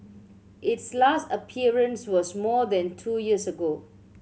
its last appearance was more than two years ago